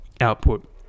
output